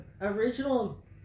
original